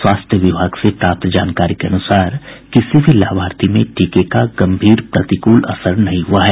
स्वास्थ्य विभाग से प्राप्त जानकारी के अनुसार किसी भी लाभार्थी में टीके का गंभीर प्रतिकूल असर नहीं हुआ है